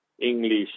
English